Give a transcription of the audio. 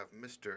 Mr